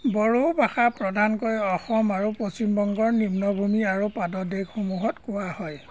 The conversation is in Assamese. বড়ো ভাষা প্ৰধানকৈ অসম আৰু পশ্চিমবংগৰ নিম্নভূমি আৰু পাদদেশসমূহত কোৱা হয়